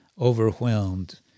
overwhelmed